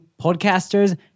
podcasters